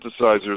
synthesizers